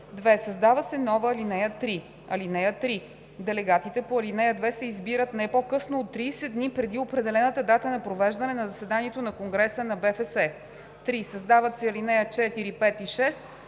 2. Създава се нова ал. 3: „(3) Делегатите по ал. 2 се избират не по-късно от 30 дни преди определената дата на провеждане на заседанието на конгреса на БФС.“ 3. Създават се ал. 4, 5 и 6: